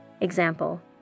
Example